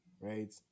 right